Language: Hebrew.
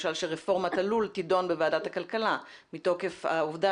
למשל רפורמת הלול תידון בוועדת הכלכלה מתוקף העובדה